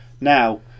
Now